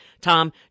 Tom